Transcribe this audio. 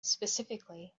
specifically